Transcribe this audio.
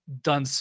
done